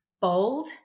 bold